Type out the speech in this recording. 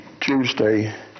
Tuesday